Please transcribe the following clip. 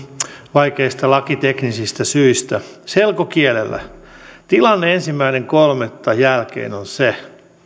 vaikeista lakiteknisistä syistä selkokielellä tilanne ensimmäinen kolmatta jälkeen on se